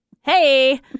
hey